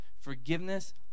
Forgiveness